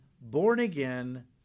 born-again